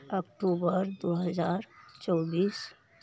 अक्टूबर दू हजार चौबीस